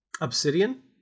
Obsidian